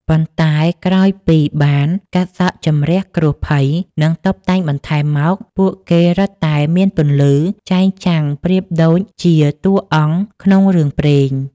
ប៉ុន្តែក្រោយពីបានកាត់សក់ជម្រះគ្រោះភ័យ និងតុបតែងបន្ថែមមក ពួកគេរឹតតែមានពន្លឺចែងចាំងប្រៀបដូចជាតួអង្គក្នុងរឿងព្រេង។